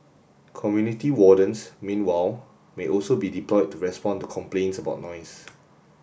community wardens meanwhile may also be deployed to respond to complaints about noise